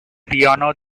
piano